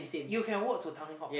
you can walk to Tanglin Halt